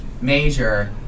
major